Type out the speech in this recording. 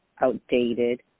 outdated